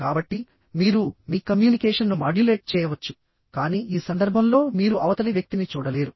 కాబట్టి మీరు మీ కమ్యూనికేషన్ను మాడ్యులేట్ చేయవచ్చు కానీ ఈ సందర్భంలో మీరు అవతలి వ్యక్తిని చూడలేరు